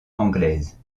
anglaise